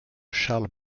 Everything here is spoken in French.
charles